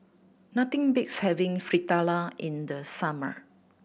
nothing beats having Fritada in the summer